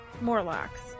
Morlocks